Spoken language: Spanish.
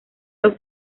los